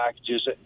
packages